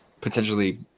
potentially